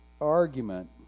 argument